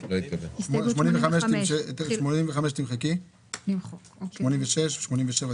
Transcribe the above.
אני חושב שאולי נוכל להשתמש באותו כלי שדיברת עליו